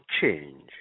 change